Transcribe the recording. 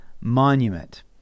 monument